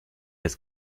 das